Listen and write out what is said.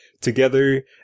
together